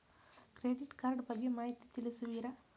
Credit card ಬಗ್ಗೆ ಮಾಹಿತಿ ತಿಳಿಸುವಿರಾ?